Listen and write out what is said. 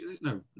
No